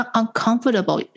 uncomfortable